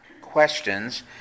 questions